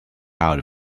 out